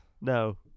No